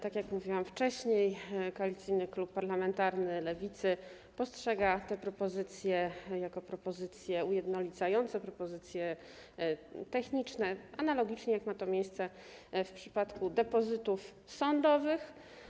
Tak jak mówiłam wcześniej, Koalicyjny Klub Parlamentarny Lewica postrzega te propozycje jako propozycje ujednolicające, techniczne, analogicznie jak ma to miejsce w przypadku depozytów sądowych.